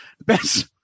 best